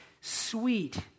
sweet